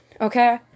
okay